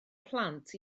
plant